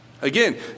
Again